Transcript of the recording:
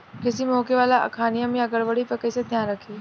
कृषि में होखे वाला खामियन या गड़बड़ी पर कइसे ध्यान रखि?